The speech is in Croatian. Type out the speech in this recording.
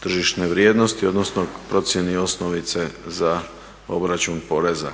tržišne vrijednosti odnosno procjeni osnovice za obračun poreza,